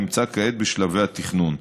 נמצא כעת בשלבי התכנון.